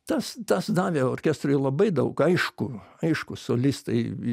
tas tas davė orkestrui labai daug aišku aišku solistai